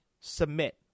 submit